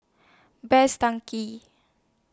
Best Denki